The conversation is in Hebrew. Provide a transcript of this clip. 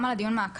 גם על הדיון מעקב,